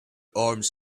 arms